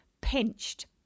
pinched